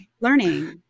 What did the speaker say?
learning